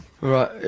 Right